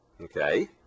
okay